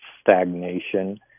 stagnation